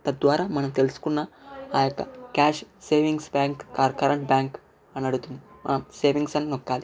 తద్వారా మనం తెలుసుకున్న ఆ యొక్క cash savings bank or current bank అని అడుగుతుంది మనం సేవింగ్స్ అని నొక్కాలి